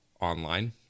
online